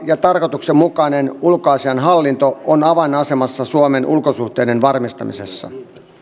ja tarkoituksenmukainen ulkoasiainhallinto on avainasemassa suomen ulkosuhteiden varmistamisessa